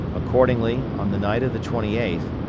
accordingly on the night of the twenty eighth,